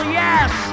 yes